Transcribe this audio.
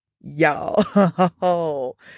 Y'all